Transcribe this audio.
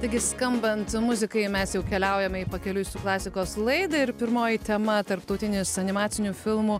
taigi skambant muzikai mes jau keliaujame į pakeliui su klasikos laidą ir pirmoji tema tarptautinis animacinių filmų